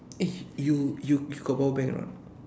eh you you got powerbank or not